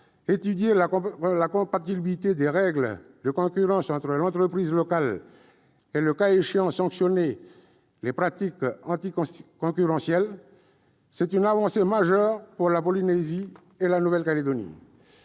étudier la compatibilité des règles de concurrence entre entreprises locales et, le cas échéant, sanctionner les pratiques anticoncurrentielles. Il s'agit d'une avancée majeure pour la Polynésie et la Nouvelle-Calédonie.